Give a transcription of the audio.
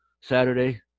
Saturday